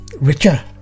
richer